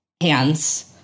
hands